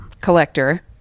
collector